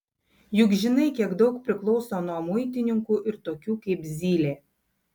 juk žinai kiek daug priklauso nuo muitininkų ir tokių kaip zylė